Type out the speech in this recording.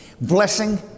blessing